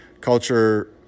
Culture